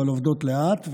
אבל עובדות לאט,